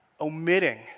omitting